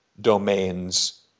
domains